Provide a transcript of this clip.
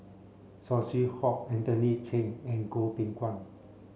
Saw Swee Hock Anthony Chen and Goh Beng Kwan